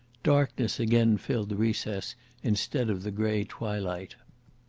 darkness again filled the recess instead of the grey twilight.